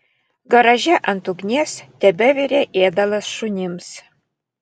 garaže ant ugnies tebevirė ėdalas šunims